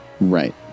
Right